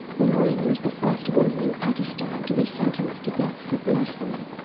noreen was the first woman in pakistan to be sentenced to death for blasphemy,